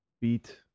beat